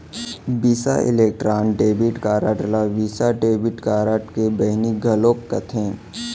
बिसा Electron debit card ल Visa debit card के बहिनी घलौक कथें